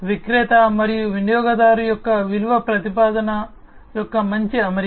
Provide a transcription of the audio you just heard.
విక్రేత మరియు వినియోగదారు యొక్క విలువ ప్రతిపాదన యొక్క మంచి అమరిక